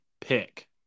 pick